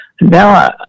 Now